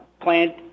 plant